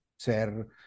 ser